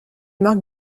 marques